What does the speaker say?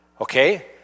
Okay